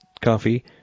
coffee